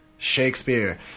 Shakespeare